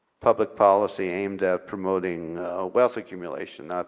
public policy aimed at promoting wealth accumulation